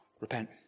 repent